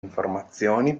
informazioni